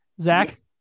Zach